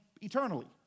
eternally